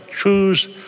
choose